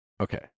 Okay